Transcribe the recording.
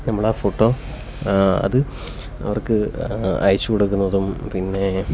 നമ്മൾ ആ ഫോട്ടോ അത് അവര്ക്ക് അയച്ചു കൊടുക്കുന്നതും പിന്നെ